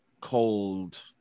cold